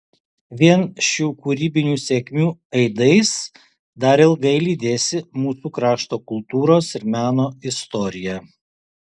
vien šių kūrybinių sėkmių aidais dar ilgai lydėsi mūsų krašto kultūros ir meno istoriją